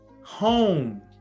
home